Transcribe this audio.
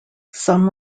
some